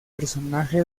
personaje